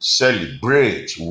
celebrate